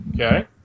Okay